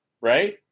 right